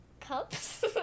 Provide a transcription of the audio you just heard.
Cups